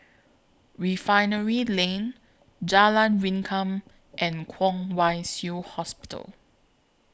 Refinery Lane Jalan Rengkam and Kwong Wai Shiu Hospital